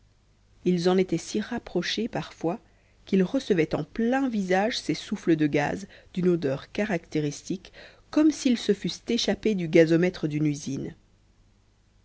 ils en étaient si rapprochés parfois qu'ils recevaient en plein visage ces souffles de gaz d'une odeur caractéristique comme s'ils se fussent échappés du gazomètre d'une usine